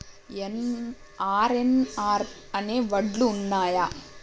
RNR అనే వడ్లు ఉన్నయా?